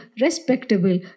respectable